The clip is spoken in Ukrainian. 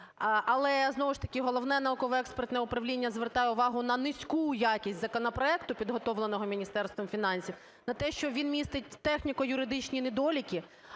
Але, знову ж таки, Головне науково-експертне управління звертає увагу на низьку якість законопроекту, підготовленого Міністерством фінансів, на те, що він містить техніко-юридичні недоліки,